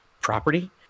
property